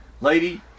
Lady